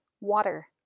water